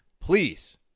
please